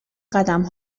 قدم